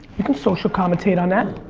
you could social commentate on that.